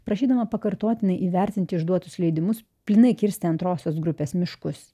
prašydama pakartotinai įvertinti išduotus leidimus plynai kirsti antrosios grupės miškus